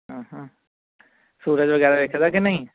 ਸੂਰਜ ਵਗੈਰਾ ਵਿਖਦਾ ਕਿ ਨਹੀਂ